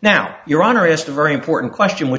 now your honor is the very important question which